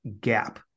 gap